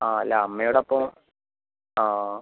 ആ അല്ല അമ്മയോട് അപ്പോൾ ആ